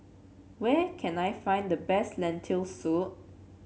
where can I find the best Lentil Soup